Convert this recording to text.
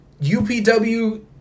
UPW